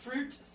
Fruit